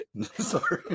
sorry